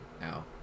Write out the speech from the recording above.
now